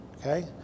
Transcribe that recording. okay